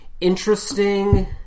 interesting